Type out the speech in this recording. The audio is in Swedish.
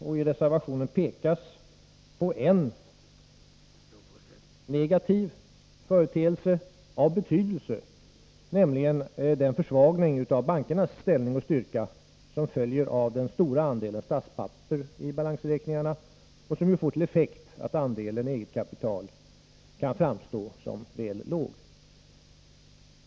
I reservationen pekas på en negativ företeelse av betydelse, nämligen den försvagning av bankernas ställning och styrka som följer av den stora andelen statspapper i balansräkningarna, som får till följd att andelen eget kapital kan framstå som väl låg.